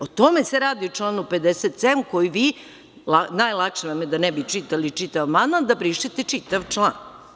O tome se radi u članu 57, koji vi, najlakše vam je da ne bi čitali čitav amandman, da brišete čitav član.